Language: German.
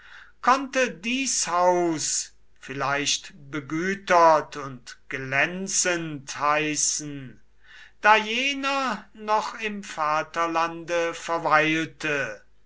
konnte dies haus vielleicht begütert und glänzend heißen da jener noch im vaterlande verweilte